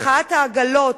מחאת העגלות,